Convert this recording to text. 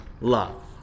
Love